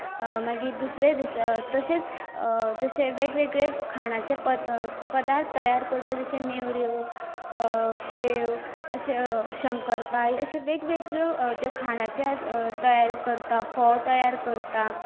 मागीर दुसरें दिसा तशेंच जशें वेगवेगळे खाणाचे पदार्थ तयार करतात तशें नेवऱ्यो शेव शंकर पाळी अश्यो वेग वेगळ्यो खाणा जी आसात तयार करतात फोव तयार करतात